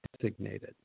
designated